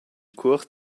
cuort